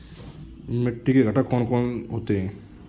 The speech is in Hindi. मिट्टी के घटक कौन से होते हैं?